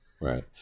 Right